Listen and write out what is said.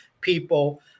people